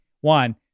One